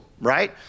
right